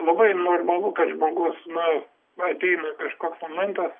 labai normalu kad žmogus na ateina kažkoks momentas